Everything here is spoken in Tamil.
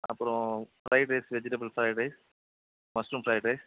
அப்புறம் fried rice vegetable fried rice mushroom fried rice